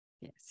Yes